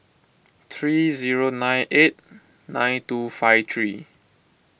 three zero nine eight nine two five three